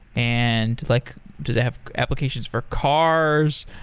and like does it have applications for cars?